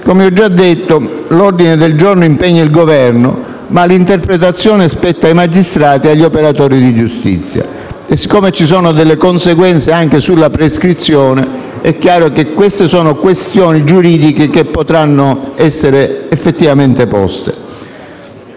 come ho già detto, l'ordine del giorno impegna il Governo, ma l'interpretazione della legge spetta ai magistrati e agli operatori di giustizia. E siccome ci sono delle conseguenze anche sulla prescrizione, è chiaro che queste sono questioni giuridiche che potranno essere effettivamente poste.